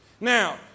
Now